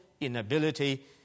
inability